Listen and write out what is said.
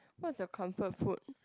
what's your comfort food